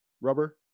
Rubber